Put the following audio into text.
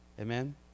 Amen